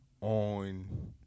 on